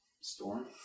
storm